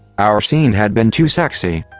our scene had been too sexy.